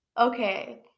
okay